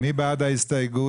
מי בעד ההסתייגות?